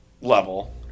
level